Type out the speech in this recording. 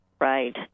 Right